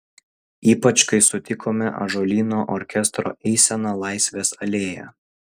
ypač kai sutikome ąžuolyno orkestro eiseną laisvės alėja